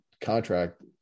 contract